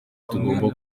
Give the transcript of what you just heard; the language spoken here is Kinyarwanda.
tugomba